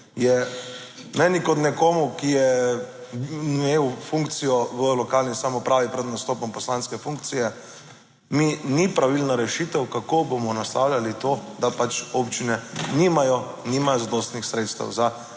meni kot nekomu, ki je imel funkcijo v lokalni samoupravi pred nastopom poslanske funkcije, mi ni pravilna rešitev, Kako bomo naslavljali to, da pač občine nimajo zadostnih sredstev za